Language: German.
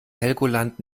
helgoland